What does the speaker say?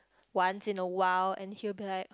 once in a while and he will be like